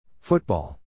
Football